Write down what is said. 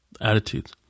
attitudes